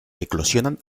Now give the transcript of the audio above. eclosionan